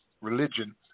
religion